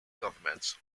governments